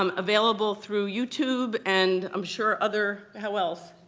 um available through youtube and i'm sure other how else?